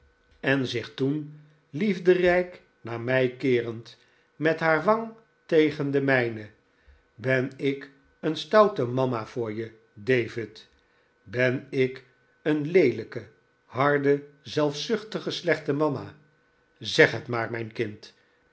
en zich toen liefderijk naar mij keerend met haar wang tegen de mijne ben ik een stoute mama voor je david ben ik een leelijke harde zelfzuchtige slechte mama zeg het maar david copper field mijn kind